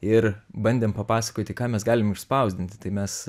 ir bandėm papasakoti ką mes galim išspausdinti tai mes